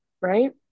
right